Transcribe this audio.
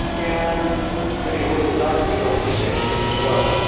and many local doctors told me the same thing as well.